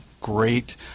great